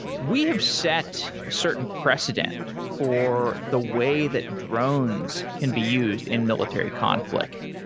we have set a certain precedent for the way that drones can be used in military conflict.